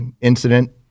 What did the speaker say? incident